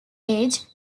age